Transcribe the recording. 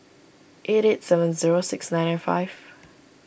eight eight seven zero six nine nine five